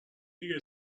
دیگه